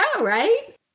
right